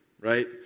right